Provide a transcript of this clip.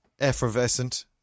effervescent